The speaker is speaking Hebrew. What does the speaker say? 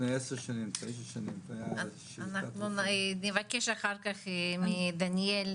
אנחנו נבקש אחר כך מדניאל,